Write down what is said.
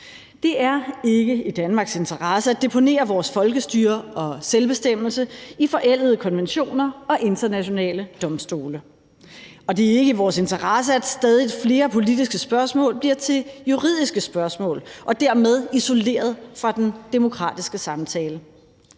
Det er ikke i Danmarks interesse at deponere vores folkestyre og selvbestemmelse i forældede konventioner og ved internationale domstole, og det er ikke i vores interesse, at stadig flere politiske spørgsmål bliver til juridiske spørgsmål og dermed isoleret fra den demokratiske samtale.